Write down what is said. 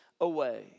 away